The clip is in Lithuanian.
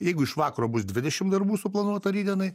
jeigu iš vakaro bus dvidešim darbų suplanuota rytdienai